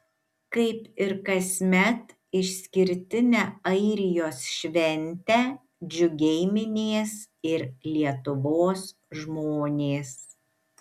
kaip ir kasmet išskirtinę airijos šventę džiugiai minės ir lietuvos žmonės